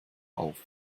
auf